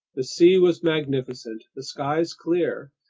the sea was magnificent, the skies clear.